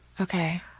Okay